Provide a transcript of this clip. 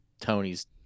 Tony's